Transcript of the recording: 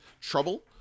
Trouble